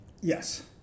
Yes